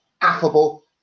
affable